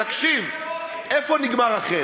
תקשיב, איפה נגמר החן?